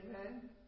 Amen